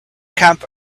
camp